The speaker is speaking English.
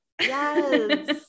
yes